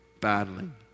battling